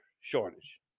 shortage